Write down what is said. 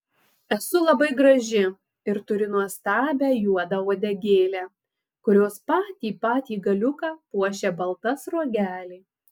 esu labai graži ir turiu nuostabią juodą uodegėlę kurios patį patį galiuką puošia balta sruogelė